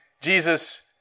Jesus